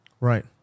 Right